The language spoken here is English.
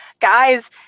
guys